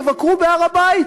שיהודים יבקרו בהר-הבית.